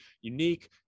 unique